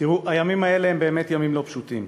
תראו, הימים האלה הם באמת ימים לא פשוטים.